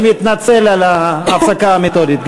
אני מתנצל על ההפסקה המתודית.